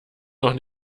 noch